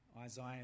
Isaiah